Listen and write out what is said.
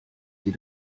sie